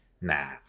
Nah